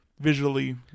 visually